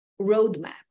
roadmap